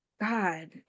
God